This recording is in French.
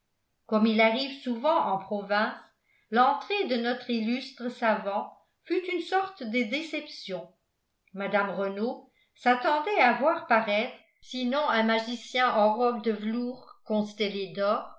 comme il arrive souvent en province l'entrée de notre illustre savant fut une sorte de déception mme renault s'attendait à voir paraître sinon un magicien en robe de velours constellée d'or